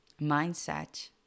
mindset